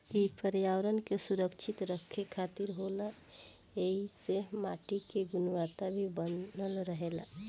इ पर्यावरण के सुरक्षित रखे खातिर होला ऐइसे माटी के गुणवता भी बनल रहेला